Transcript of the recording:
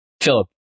Philip